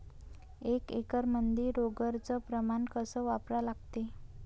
एक एकरमंदी रोगर च प्रमान कस वापरा लागते?